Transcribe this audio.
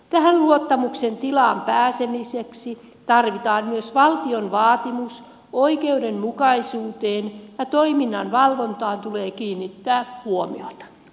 tähän luottamuksen tilaan pääsemiseksi tarvitaan myös valtion vaatimus oikeudenmukaisuudesta ja toiminnan valvontaan tulee kiinnittää huomiota